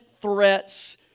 threats